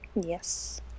Yes